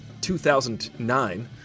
2009